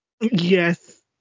Yes